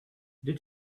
did